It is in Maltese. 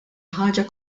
ħaġa